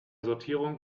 sortierung